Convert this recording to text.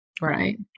right